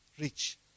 rich